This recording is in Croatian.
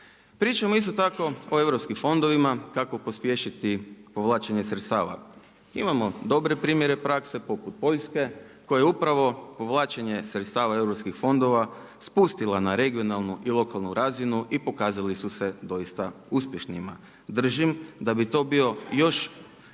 Pričamo isto tako o europskim fondovima, kako pospješiti povlačenje sredstava. Imamo dobre primjere prakse poput Poljske kojoj je upravo povlačenje sredstava europskih fondova spustila na regionalnu i lokalnu razinu i pokazali su se doista uspješnima. Držim da bi to bilo još